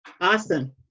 Awesome